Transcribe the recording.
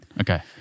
Okay